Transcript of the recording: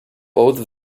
both